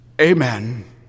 Amen